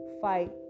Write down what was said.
fight